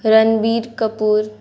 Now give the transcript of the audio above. Ranbir Kapoor